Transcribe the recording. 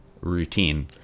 routine